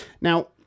Now